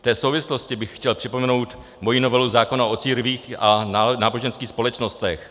V té souvislosti bych chtěl připomenout moji novelu zákona o církvích a náboženských společnostech.